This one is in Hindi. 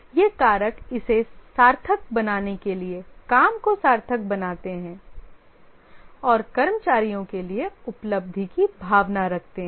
ये कारक इसे सार्थक बनाने के लिए काम को सार्थक बनाते हैं और कर्मचारियों के लिए उपलब्धि की भावना रखते हैं